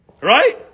Right